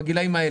בגילים האלה.